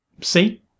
see